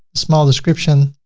small description,